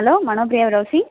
hello Manopriya Rosie